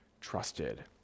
trusted